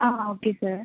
ah okay sir